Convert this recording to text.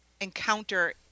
encounter